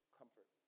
comfort